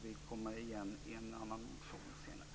Vi får återkomma i en senare motion om detta.